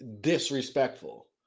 disrespectful